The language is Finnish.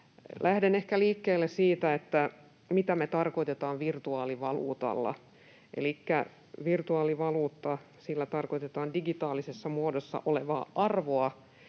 Lähden ehkä liikkeelle siitä, mitä tarkoitetaan virtuaalivaluutalla. Elikkä virtuaalivaluutalla tarkoitetaan digitaalisessa muodossa olevaa arvoa,